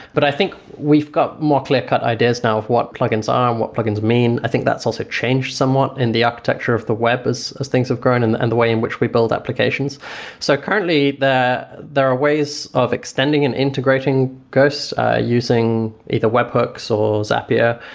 but i think, we've got more clear-cut ideas now of what plugins are and what plug-ins mean. i think, that's also changed somewhat in the architecture of the web as as things have grown and the and the way in which we build applications so currently, there are ways of extending and integrating ghost using either web hooks, or zapier.